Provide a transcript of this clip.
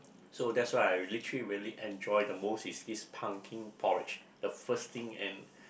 so that's why I literally really enjoy the most is this pumpkin porridge the first thing and